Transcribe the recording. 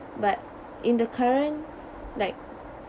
but in the current like